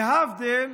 להבדיל